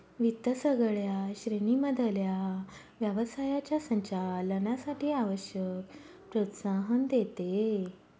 वित्त सगळ्या श्रेणी मधल्या व्यवसायाच्या संचालनासाठी आवश्यक प्रोत्साहन देते